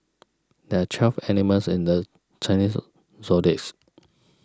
there are twelve animals in the Chinese zodiacs